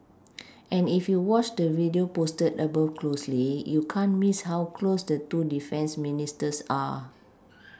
and if you watch the video posted above closely you can't Miss how close the two defence Ministers are